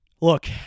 Look